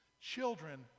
Children